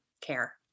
care